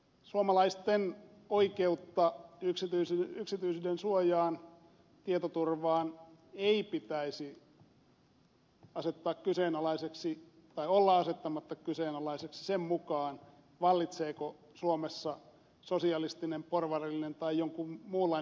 suomalaisten oikeutta yksityisyyden suojaan tietoturvaan ei pitäisi asettaa kyseenalaiseksi tai olla asettamatta kyseenalaiseksi sen mukaan vallitseeko suomessa sosialistinen porvarillinen vai jonkun muun laatuinen demokratia tai diktatuuri